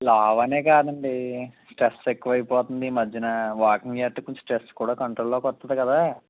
లావనే కాదండీ స్ట్రెస్ ఎక్కువైపోతోంది ఈ మధ్యలో వాకింగ్ చేస్తే కొంచం స్ట్రెస్ కూడా కంట్రోల్లోకి వస్తుంది కదా